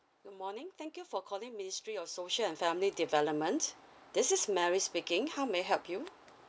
good morning thank you for calling ministry of social and family development this is mary speaking how may I help you